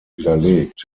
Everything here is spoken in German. widerlegt